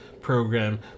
program